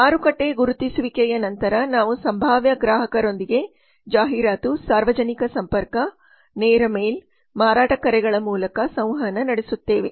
ಮಾರುಕಟ್ಟೆ ಗುರುತಿಸುವಿಕೆಯ ನಂತರ ನಾವು ಸಂಭಾವ್ಯ ಗ್ರಾಹಕರೊಂದಿಗೆ ಜಾಹೀರಾತು ಸಾರ್ವಜನಿಕ ಸಂಪರ್ಕ ನೇರ ಮೇಲ್ ಮಾರಾಟ ಕರೆಗಳ ಮೂಲಕ ಸಂವಹನ ನಡೆಸುತ್ತೇವೆ